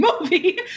movie